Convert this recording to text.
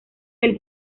del